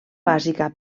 bàsica